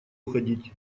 уходить